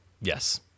Yes